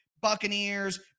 Buccaneers